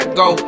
go